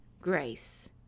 grace